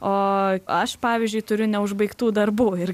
o aš pavyzdžiui turiu neužbaigtų darbų ir